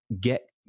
get